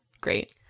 Great